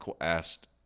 asked